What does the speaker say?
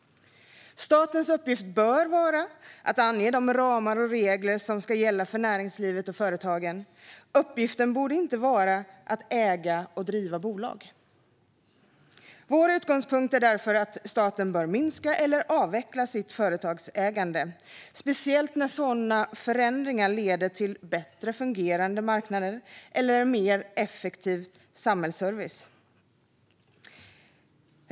Statens uppgift bör vara att ange de ramar och regler som ska gälla för näringslivet och företagen. Uppgiften borde inte vara att äga och driva bolag. Vår utgångspunkt är därför att staten bör minska eller avveckla sitt företagsägande, speciellt när sådana förändringar leder till bättre fungerande marknader eller en mer effektiv samhällsservice.